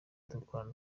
dukorana